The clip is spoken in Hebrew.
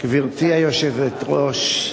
היושבת-ראש,